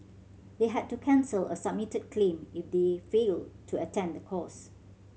they had to cancel a submitted claim if they failed to attend the course